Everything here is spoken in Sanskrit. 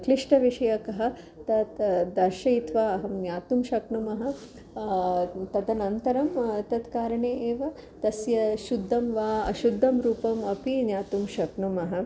क्लिष्टविषयकः तत् दर्शयित्वा अहं ज्ञातुं शक्नुमः तदनन्तरं तत् कारणे एव तस्य शुद्धं वा अशुद्धं रूपम् अपि ज्ञातुं शक्नुमः